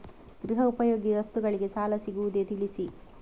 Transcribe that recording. ಗೃಹ ಉಪಯೋಗಿ ವಸ್ತುಗಳಿಗೆ ಸಾಲ ಸಿಗುವುದೇ ತಿಳಿಸಿ?